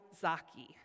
Zaki